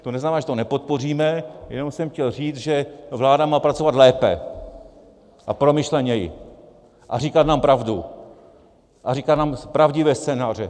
To neznamená, že to nepodpoříme, jenom jsem chtěl říct, že vláda má pracovat lépe a promyšleněji a říkat nám pravdu a říkat nám pravdivé scénáře.